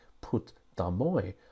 Put-Damoy